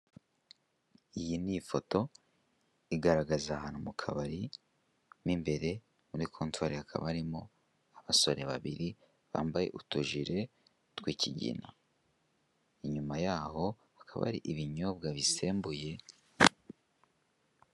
Iyi ni ifoto igaragaza ahantu mu kabari b'imbere muri contiri, hakaba harimo abasore babiri bambaye utujere tw'kigina, inyuma yaho akaba ari ibinyobwa bisembuye.